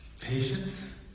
patience